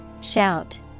Shout